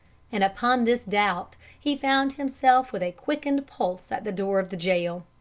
and upon this doubt, he found himself with a quickened pulse at the door of the jail.